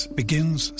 begins